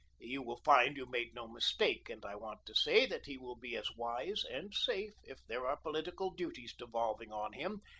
you will find you made no mistake and i want to say that he will be as wise and safe, if there are political duties devolving on him,